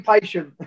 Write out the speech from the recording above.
patient